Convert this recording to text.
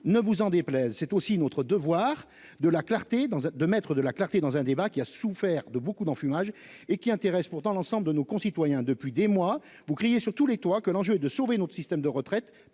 ne vous en déplaise. C'est aussi notre devoir de la clarté dans de maîtres de la clarté dans un débat qui a souffert de beaucoup d'enfumage et qui intéressent pourtant l'ensemble de nos concitoyens depuis des mois vous crier sur tous les toits que l'enjeu est de sauver notre système de retraite